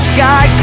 Sky